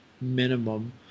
minimum